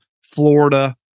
Florida